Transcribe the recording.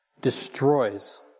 destroys